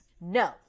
No